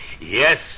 Yes